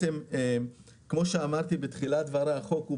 כמו שאמרתי בתחילת דברי החוק,